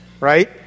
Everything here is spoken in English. right